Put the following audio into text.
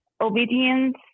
obedience